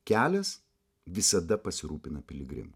kelias visada pasirūpina piligrimu